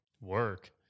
work